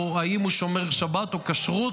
או אם הוא שומר שבת או כשרות,